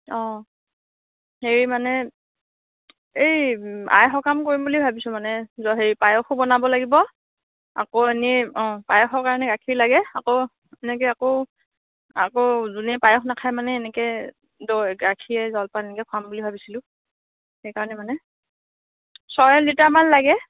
অ' হেৰি মানে এই আই সকাম কৰিম বুলি ভাবিছোঁ মানে হেৰি পায়সো বনাব লাগিব আকৌ এনেই অ' পায়সৰ কাৰণে গাখীৰ লাগে আকৌ এনেকৈ আকৌ আকৌ যোনে পায়স নাখায় মানে এনেকৈ দৈ গাখীৰ জলপান এনেকৈ খোৱাম বুলি ভাবিছিলোঁ সেইকাৰণে মানে ছয় লিটাৰমান লাগে